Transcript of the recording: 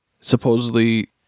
supposedly